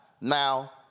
Now